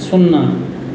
शुन्ना